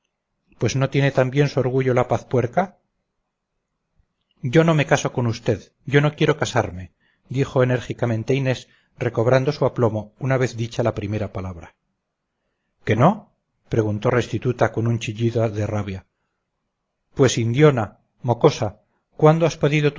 pues no tiene también su orgullo la pazpuerca yo no me caso con vd yo no quiero casarme dijo enérgicamente inés recobrando su aplomo una vez dicha la primera palabra que no preguntó restituta con un chillido de rabia pues indinota mocosa cuándo has podido